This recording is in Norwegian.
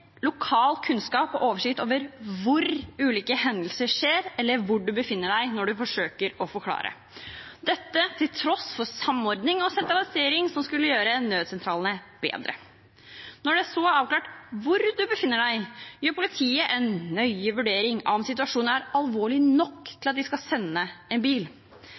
lokal kunnskap og oversikt over hvor ulike hendelser skjer, eller hvor du befinner deg når du forsøker å forklare – dette til tross for samordning og sentralisering som skulle gjøre nødsentralene bedre. Når det så er avklart hvor du befinner deg, gjør politiet en nøye vurdering av om situasjonen er alvorlig nok til at de vil sende en bil.